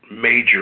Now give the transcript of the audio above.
major